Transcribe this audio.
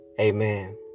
Amen